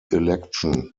election